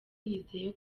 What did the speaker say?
yizeye